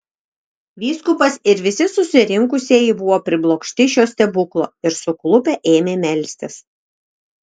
vyskupas ir visi susirinkusieji buvo priblokšti šio stebuklo ir suklupę ėmė melstis